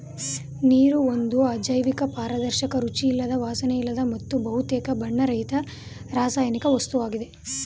ನೀರು ಒಂದು ಅಜೈವಿಕ ಪಾರದರ್ಶಕ ರುಚಿಯಿಲ್ಲದ ವಾಸನೆಯಿಲ್ಲದ ಮತ್ತು ಬಹುತೇಕ ಬಣ್ಣರಹಿತ ರಾಸಾಯನಿಕ ವಸ್ತುವಾಗಿದೆ